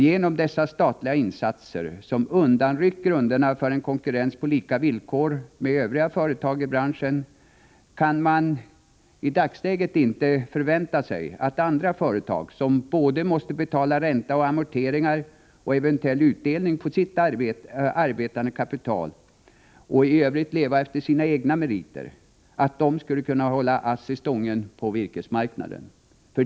Genom dessa statliga insatser, som undanryckt grunderna för en konkurrens på lika villkor med övriga företag i branschen, kan man i dagsläget inte förvänta sig att andra företag, som både måste betala ränta och amorteringar och eventuell utdelning på sitt arbetande kapital samt i övrigt måste leva på basis av sina egna meriter, skall kunna hålla ASSI stången på virkesmarknaden.